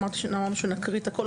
אמרנו שנקריא את הכל,